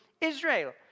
Israel